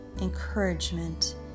encouragement